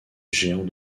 géants